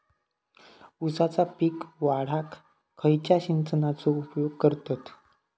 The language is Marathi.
ऊसाचा पीक वाढाक खयच्या सिंचनाचो उपयोग करतत?